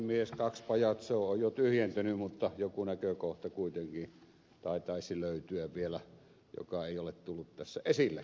kaksi pajatsoa on jo tyhjentynyt mutta kuitenkin taitaisi löytyä vielä joku näkökohta joka ei ole tullut tässä esille